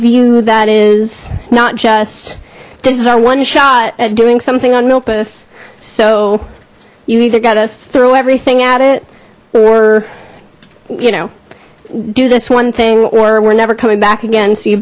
view that is not just this is our one shot at doing something on milpas so you either got to throw everything at it or you know do this one thing or we're never coming back again